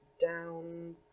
down